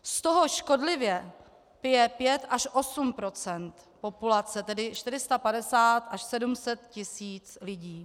Z toho škodlivě je pět až osm procent populace, tedy 450 až 700 tisíc lidí.